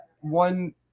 one